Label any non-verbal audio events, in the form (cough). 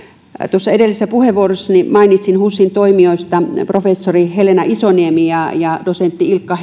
edellisessä puheenvuorossani mainitsin husin toimijoista professori helena isoniemen ja dosentti ilkka (unintelligible)